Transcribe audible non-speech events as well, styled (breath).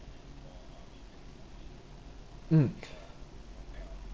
mm (breath)